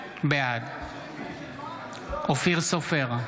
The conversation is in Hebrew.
בעד אופיר סופר,